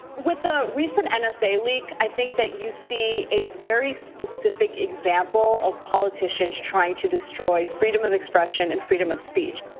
with the recent and nsa leak, i think that you see a very specific example of politicians trying to destroy freedom of expression and freedom of speech.